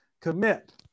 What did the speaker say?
Commit